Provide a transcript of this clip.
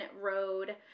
road